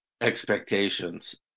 expectations